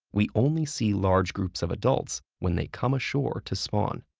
we only see large groups of adults when they come ashore to spawn.